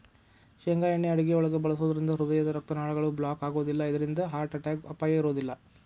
ಶೇಂಗಾ ಎಣ್ಣೆ ಅಡುಗಿಯೊಳಗ ಬಳಸೋದ್ರಿಂದ ಹೃದಯದ ರಕ್ತನಾಳಗಳು ಬ್ಲಾಕ್ ಆಗೋದಿಲ್ಲ ಇದ್ರಿಂದ ಹಾರ್ಟ್ ಅಟ್ಯಾಕ್ ಅಪಾಯ ಇರೋದಿಲ್ಲ